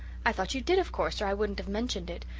i thought you did of course, or i wouldn't have mentioned it.